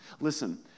Listen